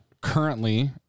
currently